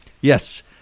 Yes